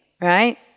right